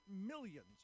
millions